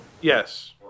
Yes